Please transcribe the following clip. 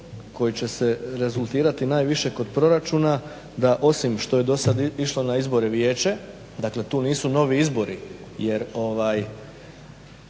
koji će se rezultirati najviše kod proračuna da osim što je do sada išlo na izbore vijeće dakle tu nisu novi izbori jer